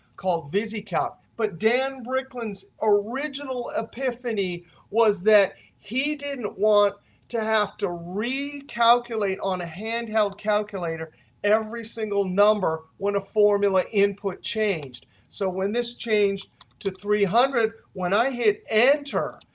called visicalc. but dan bricklin's original epiphany was that he didn't want to have to recalculate on a handheld calculator every single number when a formula input changed. so when this changed to three hundred, when i hit enter,